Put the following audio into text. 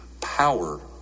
power